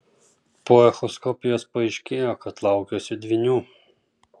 po echoskopijos paaiškėjo kad laukiuosi dvynių